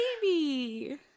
baby